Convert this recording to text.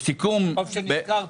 טוב שנזכרת.